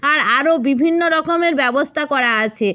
আর আরো বিভিন্ন রকমের ব্যবস্থা করা আছে